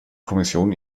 kommission